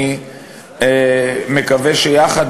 אני מקווה שיחד,